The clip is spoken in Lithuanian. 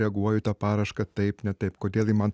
reaguoju tą paraišką taip ne taip kodėl ji man